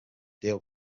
deal